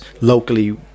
locally